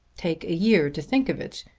take a year to think of it.